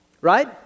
Right